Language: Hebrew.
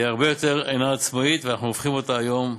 אינה עצמאית, ואנחנו הופכים אותה היום,